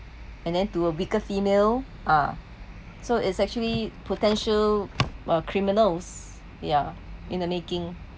and then to a weaker female ah so it's actually potential well criminals ya in the making